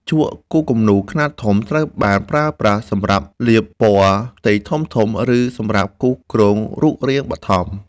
ជក់គូរគំនូរខ្នាតធំត្រូវបានប្រើប្រាស់សម្រាប់លាបពណ៌ផ្ទៃធំៗ ឬសម្រាប់គូសគ្រោងរូបរាងបឋម។